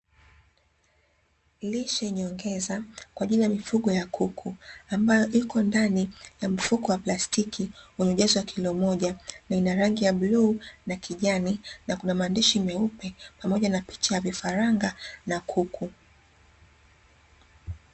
Lishe nyongeza kwa ajili ya mifugo ya kuku, ambayo iko ndani ya mfuko wa plastiki, wenye ujazo wa kill moja. Ina rangi ya bluu na kijani na kuna maandishi meupe pamoja na picha ya vifaranga na kuku.